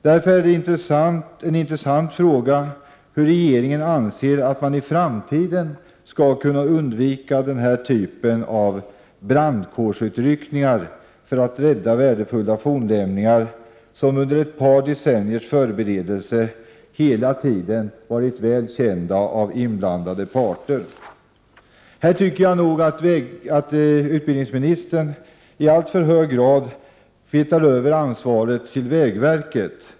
Därför är en intressant fråga hur regeringen anser att man i framtiden skall kunna undvika den här typen av brandkårsutryckningar för att rädda värdefulla fornlämningar som under ett par decenniers förberedelser hela tiden varit väl kända av inblandade parter. I fråga om detta tycker jag att utbildningsministern i alltför hög grad flyttar över ansvaret på vägverket.